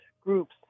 groups